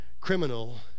criminal